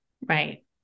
right